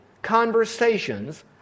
conversations